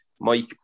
Mike